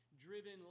driven